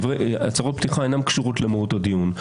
הצהרות פתיחה אינן קשורות למהות הדיון.